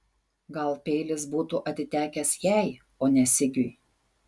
gal peilis būtų atitekęs jai o ne sigiui